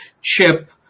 chip